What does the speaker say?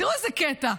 תראו איזה קטע.